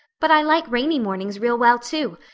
but i like rainy mornings real well, too.